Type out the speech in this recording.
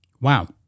Wow